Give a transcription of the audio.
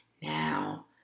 Now